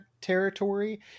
territory